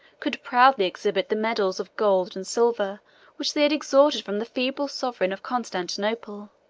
could proudly exhibit the medals of gold and silver which they had extorted from the feeble sovereign of constantinople.